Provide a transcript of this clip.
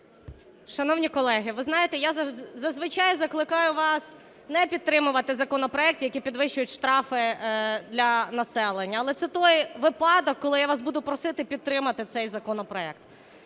Шановні колеги, ви знаєте, я, зазвичай, закликаю вас не підтримувати законопроекти, які підвищують штрафи для населення. Але це той випадок, коли я вас буду просити підтримати цей законопроект.